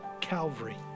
Calvary